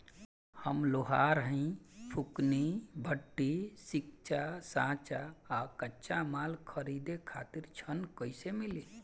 हम लोहार हईं फूंकनी भट्ठी सिंकचा सांचा आ कच्चा माल खरीदे खातिर ऋण कइसे मिली?